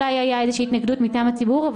אולי היתה איזו שהיא התנגדות מטעם הציבור,